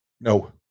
No